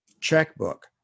checkbook